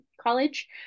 college